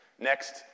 Next